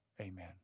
Amen